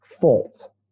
fault